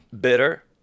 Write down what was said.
Bitter